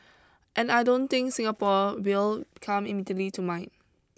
and I don't think Singapore will come immediately to mind